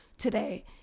today